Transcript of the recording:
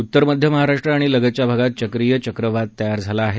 उत्तर मध्य महाराष्ट्र आणि लगतच्या भागात चक्रीय चक्रवात तयार झाला आहे